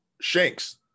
shanks